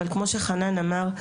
אבל כמו שחנן אמר,